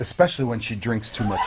especially when she drinks too much